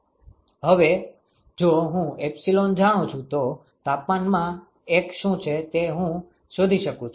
હવે જો હું એપ્સીલોન જાણું છું તો તાપમાનમાંનું એક શું છે તે હું શોધી શકું છું